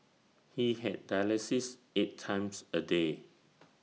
he had dialysis eight times A day